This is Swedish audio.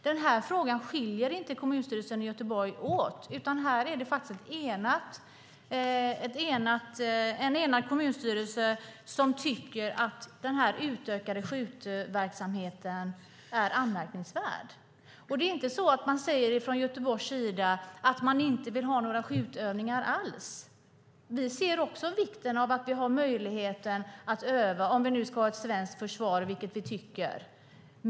Den här frågan skiljer inte kommunstyrelsen i Göteborg åt, utan det är faktiskt en enig kommunstyrelse som tycker att den utökade skjutverksamheten är anmärkningsvärd. Det är inte så att man från Göteborgs sida säger att man inte vill ha några skjutövningar alls. Också vi ser vikten av att det finns möjlighet att öva, om vi nu ska ha ett svenskt försvar, vilket vi tycker.